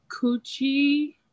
coochie